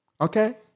Okay